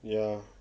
ya